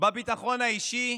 בביטחון האישי,